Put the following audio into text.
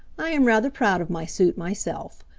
i am rather proud of my suit, myself.